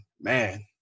Man